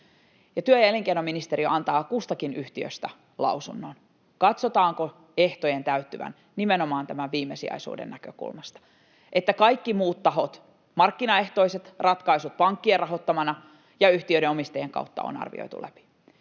Työ- ja elinkeinoministeriö antaa kustakin yhtiöstä lausunnon, katsotaanko ehtojen täyttyvän nimenomaan tämän viimesijaisuuden näkökulmasta, että kaikki muut tahot, markkinaehtoiset ratkaisut pankkien rahoittamana ja yhtiöiden omistajan kautta, on arvioitu läpi.